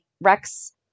rex